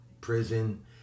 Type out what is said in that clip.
prison